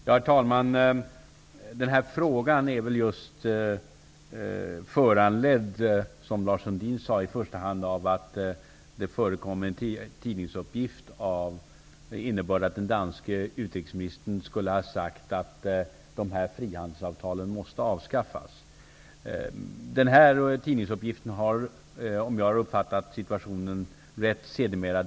Herr talman! Frågan är väl, som Lars Sundin sade, i första hand föranledd av att det förekommit en tidningsuppgift av innebörden att den danske utrikesministern skulle ha sagt att de här frihandelsavtalen måste avskaffas. Denna tidningsuppgift har sedermera, om jag uppfattat situationen rätt, dementerats.